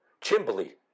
Chimbley